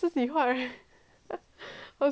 好像 those 如花 you know